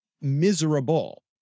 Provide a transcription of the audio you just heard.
miserable